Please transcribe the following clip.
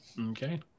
Okay